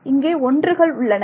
இங்கே 1's l உள்ளன